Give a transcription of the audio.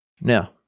Now